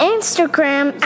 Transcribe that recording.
Instagram